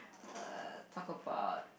err talk about